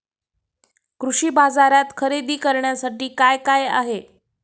कृषी बाजारात खरेदी करण्यासाठी काय काय आहे?